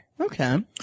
Okay